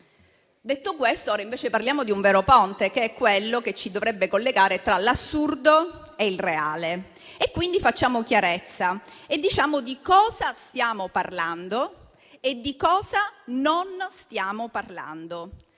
Detto questo, ora invece parliamo di un vero ponte, che è quello che ci dovrebbe collegare tra l'assurdo e il reale, quindi facciamo chiarezza e diciamo di cosa stiamo parlando e di cosa non stiamo parlando.